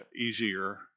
easier